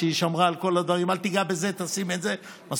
כשהיא שמרה על כל הדברים: אל תיגע בזה,